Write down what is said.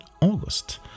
August